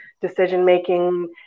decision-making